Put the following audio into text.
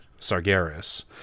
Sargeras